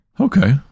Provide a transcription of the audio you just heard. Okay